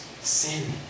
sin